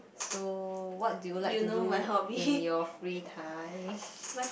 so what do you like to do in your free time